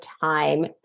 time